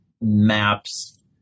maps